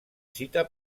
cita